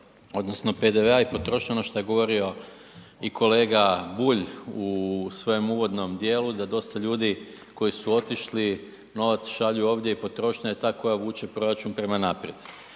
odnosno PDV-a i potrošnje, ono što je govorio i kolega Bulj u svojem uvodnom dijelu da dosta ljudi koji su otišli novac šalju ovdje i potrošnja je ta koja vuče proračun prema naprijed.